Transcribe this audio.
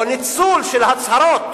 ניצול של הצהרות